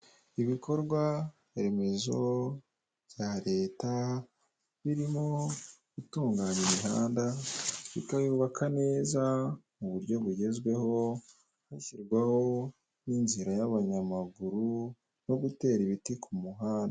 Ibikorwa remezo bya Leta, birimo gutunganya imihanda bikayubaka neza mu buryo bugezweho hashyirwaho n'inzira y'abanyamaguru no gutera ibiti ku muhanda.